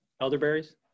elderberries